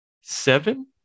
seven